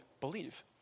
believe